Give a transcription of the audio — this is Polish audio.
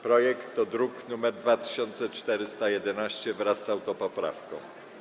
Projekt to druk nr 2411, wraz z autopoprawką.